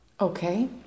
okay